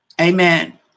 Amen